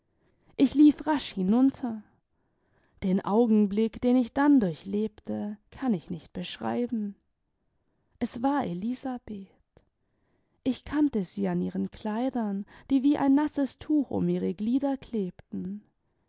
ich lief rasch hinunter den augenblick den ich dann durchlebte kann ich nicht beschreiben es war elisabeth ich kannte sie an ihren kleidern die wie ein nasses tuch um ihre glieder klebten